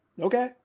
okay